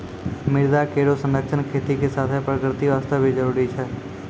मृदा केरो संरक्षण खेती के साथें प्रकृति वास्ते भी जरूरी छै